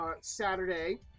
saturday